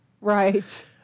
Right